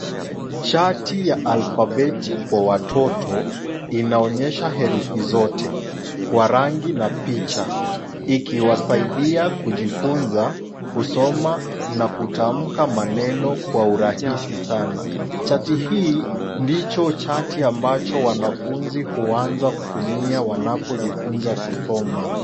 Chati ya alfabeti kwa watoto inaonyesha herufi zote kwa rangi na picha ikiwasaidia kujifunza kusoma na kutamka maneno kwa urahisi sana. Chati hii ndicho chati ambacho wanafunzi huanza kutumia wanapojifunza kusoma.